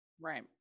right